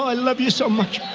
i love you so much.